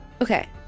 Okay